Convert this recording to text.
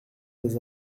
des